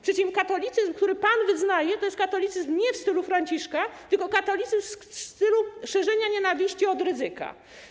Przy tym katolicyzm, który pan wyznaje, to jest katolicyzm nie w stylu Franciszka, tylko katolicyzm w stylu szerzenia nienawiści, ten od Rydzyka.